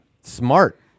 Smart